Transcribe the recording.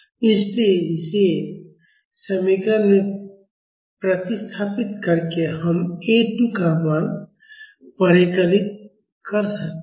इसलिए इसे इस समीकरण में प्रतिस्थापित करके हम A2 का मान परिकलित कर सकते हैं